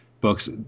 books